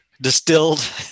distilled